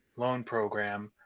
loan program,